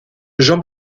jean